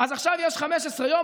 אז עכשיו יש 15 יום,